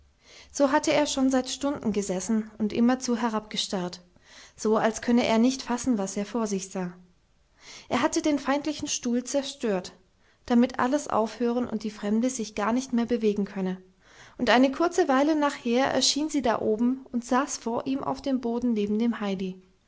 so hatte er schon seit stunden gesessen und immerzu herabgestarrt so als könne er nicht fassen was er vor sich sah er hatte den feindlichen stuhl zerstört damit alles aufhören und die fremde sich gar nicht mehr bewegen könne und eine kurze weile nachher erschien sie da oben und saß vor ihm auf dem boden neben dem heidi